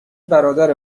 برادر